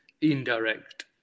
indirect